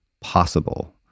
possible